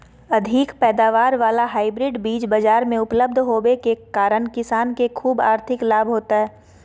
अधिक पैदावार वाला हाइब्रिड बीज बाजार मे उपलब्ध होबे के कारण किसान के ख़ूब आर्थिक लाभ होतय